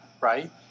right